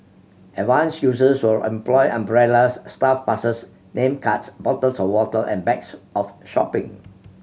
advanced users will employ umbrellas staff passes name cards bottles of water and bags of shopping